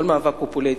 כל מאבק הוא פוליטי.